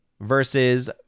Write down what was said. versus